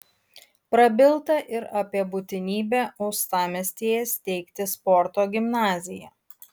prabilta ir apie būtinybę uostamiestyje steigti sporto gimnaziją